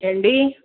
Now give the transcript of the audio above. ఏమండి